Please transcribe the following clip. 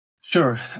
Sure